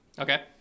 Okay